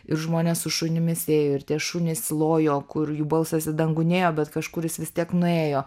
ir žmonės su šunimis ėjo ir tie šunys lojo kur jų balsas į dangų nėjo bet kažkur jis vis tiek nuėjo